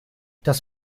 das